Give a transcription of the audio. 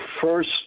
first